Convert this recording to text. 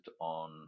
on